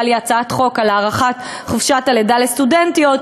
לי הצעת חוק על הארכת חופשת הלידה לסטודנטיות,